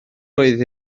oedd